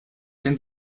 wenn